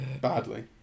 badly